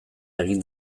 egin